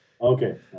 Okay